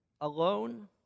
alone